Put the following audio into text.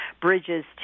bridges